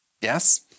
Yes